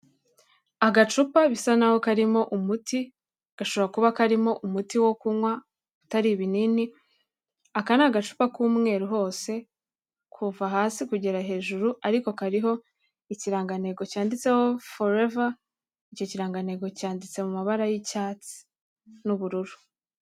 Agacupa bisa naho karimo umuti gashobora kuba karimo umuti wo kunywa utari ibinini, aka n'agacupa k'umweru hose kuva hasi kugera hejuru ariko kariho ikirangantego cyanditseho foreva, icyo kirangantego cyanditse mu mabara y'icyatsi n'ubururu.